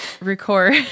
record